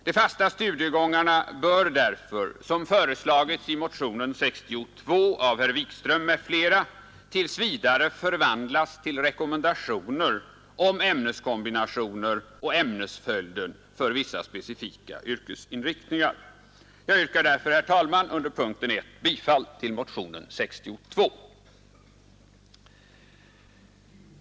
De fasta studiegångarna bör därför, som föreslagits i motionen 62 av herr Wikström m.fl., tills vidare förvandlas till rekommendationer om ämneskombinationer och ämnesföljden för vissa specifika yrkesinriktningar. Jag yrkar därför, herr talman, under punkten 1 bifall till motionen 62.